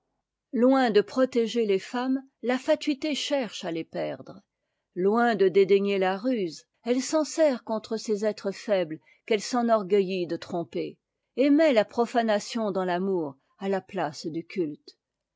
loin de protéger les femmes la fatuité cherche à les perdre loin de dédaigner ta ruse elle s'en sert contre ces êtres faibles qu'elle s'enorgueillit de tromper et met a profanation dans l'amour à la place du culte